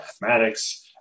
mathematics